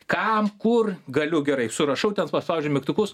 kam kur galiu gerai surašau ten paspaudžiu mygtukus